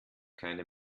keine